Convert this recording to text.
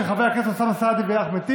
של חברי הכנסת אוסאמה סעדי ואחמד טיבי.